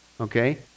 Okay